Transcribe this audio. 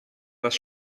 das